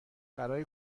برای